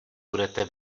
budete